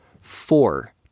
Four